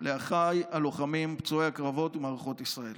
לאחיי הלוחמים, פצועי הקרבות ומערכות ישראל: